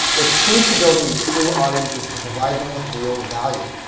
the key to building a true audience is to provide them with real value.